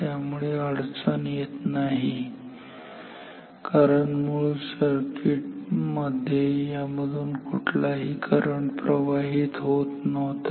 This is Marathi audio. त्यामुळे अडचण येत नाही कारण मूळ सर्किट मध्ये यामधून कुठलाही करंट प्रवाहीत होत नव्हता